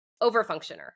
over-functioner